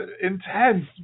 intense